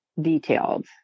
detailed